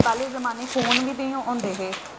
पैह्ले जमाने च फोन बी ते नेईं होंदे हे